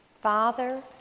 Father